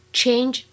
change